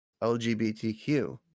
LGBTQ